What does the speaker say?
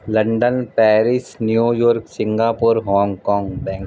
London Paris New York Singapore Hong Kong ਬੈਂ